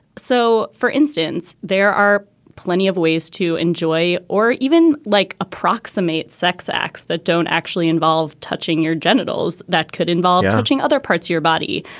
so, for instance, there are plenty of ways to enjoy or even like approximate sex acts that don't actually involve touching your genitals, that could involve touching other parts of your body,